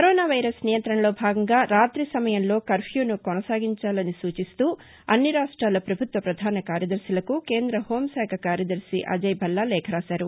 corona virus నియంత్రణలో భాగంగా రాతి సమయంలో కర్భ్యూను కొనసాగించాలని సూచిస్తూ అన్ని రాష్ట్లాల ప్రభుత్వ ప్రధాన కార్యదర్శులకు కేంద హోంశాఖ కార్యదర్శి అజయ్భల్లా లేఖ రాశారు